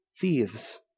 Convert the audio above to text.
thieves